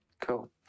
Cool